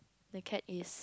the cat is